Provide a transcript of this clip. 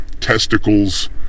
testicles